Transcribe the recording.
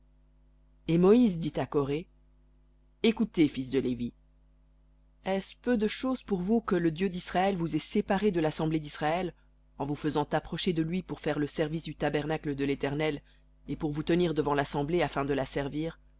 et moïse dit à coré écoutez fils de lévi est-ce peu de chose pour vous que le dieu d'israël vous ait séparés de l'assemblée d'israël en vous faisant approcher de lui pour faire le service du tabernacle de l'éternel et pour vous tenir devant l'assemblée afin de la servir